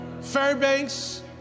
Fairbanks